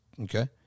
Okay